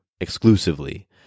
exclusively